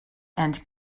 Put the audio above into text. and